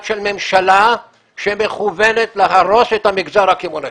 של ממשלה שמכוונת להרוס את המגזר הקמעונאי.